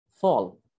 fall